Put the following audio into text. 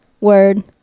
word